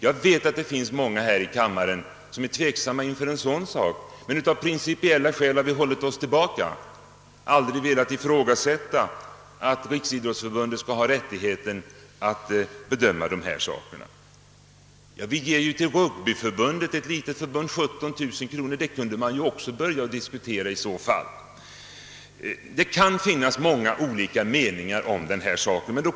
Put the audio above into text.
Jag vet att det finns många här i kammaren som är tveksamma inför en sådan sak, men av principiella skäl har vi hållits tillbaka och aldrig velat göra gällande annat än att Riksidrottsförbundet skall ha rättighet att bedöma frågan. Och vi ger exempelvis 1i7 000 kronor till det lilla Rugbyförbundet. Det anslaget kunde man ju också börja att diskutera. Det kan finnas många olika meningar om denna sak.